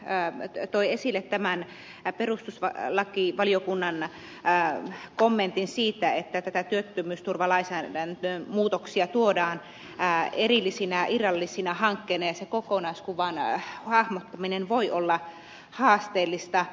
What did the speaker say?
piirainen toi esille tämän perustuslakivaliokunnan kommentin siitä että näitä työttömyysturvalainsäädännön muutoksia tuodaan erillisinä irrallisina hankkeina ja se kokonaiskuvan hahmottaminen voi olla haasteellista